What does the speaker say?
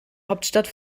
hauptstadt